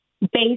based